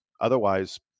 Otherwise